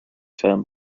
term